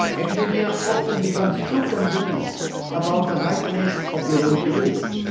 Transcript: academia often becomes so convinced about the rightness of their own theories.